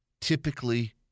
Typically